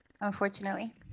Unfortunately